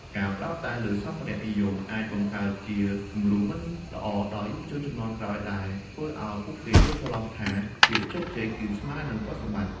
ការផ្តោតតែលើសម្ភារៈនិយមអាចបង្កើតជាគំរូមិនល្អដល់យុវជនជំនាន់ក្រោយ ដែលធ្វើឱ្យពួកគេយល់ច្រឡំថាភាពជោគជ័យគឺស្មើនឹងទ្រព្យសម្បត្តិ។